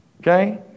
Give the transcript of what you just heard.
okay